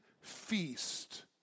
feast